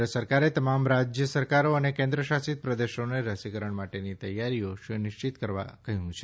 કેન્દ્ર સરકારે તમામ રાજ્ય સરકારો અને કેન્દ્રશાસિત પ્રદેશોને રસીકરણ માટેની તૈયારીઓ સુનિશ્ચિત કરવા કહ્યું છે